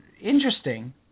interesting